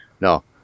no